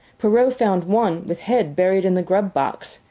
perrault found one with head buried in the grub-box.